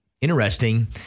interesting